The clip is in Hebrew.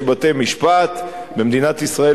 יש בתי-משפט במדינת ישראל,